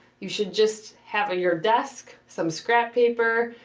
you should just have your desk, some scrap paper,